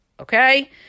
Okay